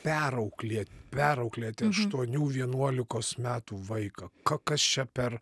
perauklė perauklėti aštuonių vienuolikos metų vaiką ka kas čia per